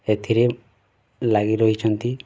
ଏଥିରେ ଲାଗି ରହିଛନ୍ତି